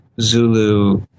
Zulu